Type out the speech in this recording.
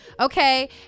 Okay